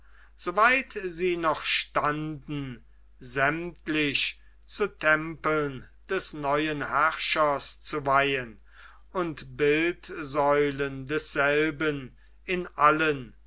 sie noch standen sämtlich zu tempeln des neuen herrschers zu weihen und bildsäulen desselben in allen